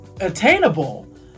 attainable